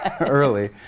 early